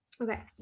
Okay